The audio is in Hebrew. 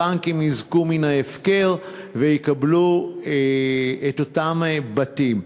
הבנקים יזכו מן ההפקר ויקבלו את אותם בתים,